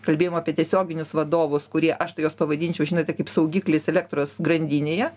kalbėjom apie tiesioginius vadovus kurie aš tai juos pavadinčiau žinote kaip saugiklis elektros grandinėje